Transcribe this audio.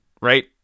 right